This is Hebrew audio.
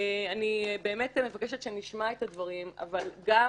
אני באמת מבקשת שנשמע את הדברים אבל גם